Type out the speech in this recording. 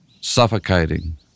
Suffocating